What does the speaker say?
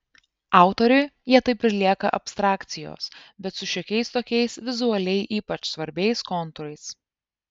autoriui jie taip ir lieka abstrakcijos bet su šiokiais tokiais vizualiai ypač svarbiais kontūrais